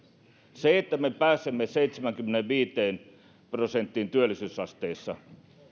sen että me pääsemme seitsemäänkymmeneenviiteen prosenttiin työllisyysasteessa